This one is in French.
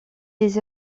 les